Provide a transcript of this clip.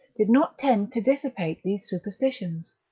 did not tend to dissipate these superstitions.